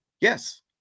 Yes